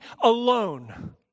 alone